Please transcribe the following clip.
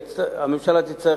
הממשלה תצטרך,